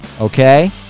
okay